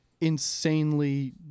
insanely